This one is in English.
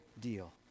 deal